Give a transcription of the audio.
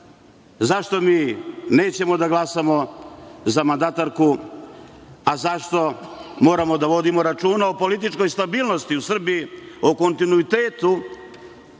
zašto mi nećemo da glasamo za mandatarku, a zašto moramo da vodimo računa o političkoj stabilnosti u Srbiji u kontinuitetu